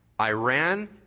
Iran